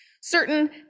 certain